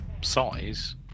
size